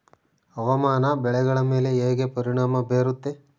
ಹವಾಮಾನ ಬೆಳೆಗಳ ಮೇಲೆ ಹೇಗೆ ಪರಿಣಾಮ ಬೇರುತ್ತೆ?